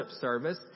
service